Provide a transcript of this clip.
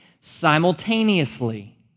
simultaneously